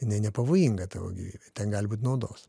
jinai nepavojinga tavo gyvybei ten gali būt naudos